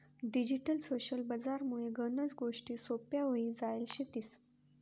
digital social बजार मुळे गनच गोष्टी सोप्प्या व्हई जायल शेतीस